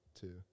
two